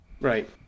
right